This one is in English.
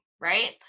right